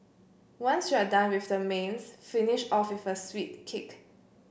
once you're done with the mains finish off with a sweet kick